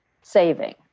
saving